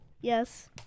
Yes